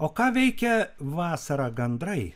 o ką veikia vasarą gandrai